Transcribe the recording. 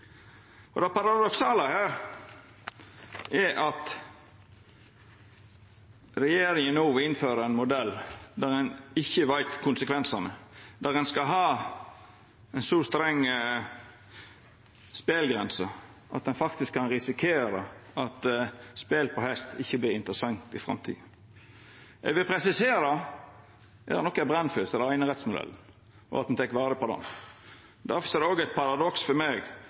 bygdene. Det paradoksale her er at regjeringa no vil innføra ein modell der ein ikkje kjenner konsekvensane, der ein skal ha ei så streng spelgrense at ein faktisk kan risikera at spel på hest ikkje vert interessant i framtida. Eg vil presisera: Er det noko eg brenn for, så er det einerettsmodellen og at ein tek vare på den. Difor er det òg eit paradoks for meg